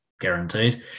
guaranteed